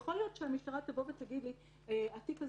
יכול להיות שהמשטרה תבוא ותגיד לי: התיק הזה